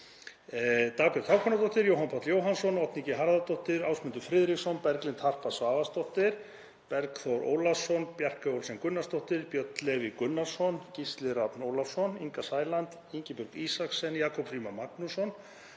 Dagbjört Hákonardóttir, Jóhann Páll Jóhannsson, Oddný G. Harðardóttir, Ásmundur Friðriksson, Berglind Harpa Svavarsdóttir, Bergþór Ólason, Bjarkey Olsen Gunnarsdóttir, Björn Leví Gunnarsson, Gísli Rafn Ólafsson, Inga Sæland, Ingibjörg Ísaksen, Jakob Frímann Magnússon,